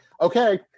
okay